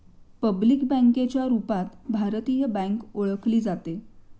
public बँकेच्या रूपात भारतीय बँक ओळखली जाते